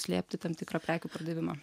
slėpti tam tikrą prekių pardavimą